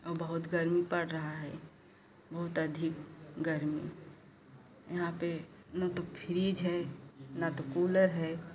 और बहुत गरमी पड़ रहा है बहुत अधिक गरमी यहाँ पर न तो फ्रीज है न तो कूलर है